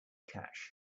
cash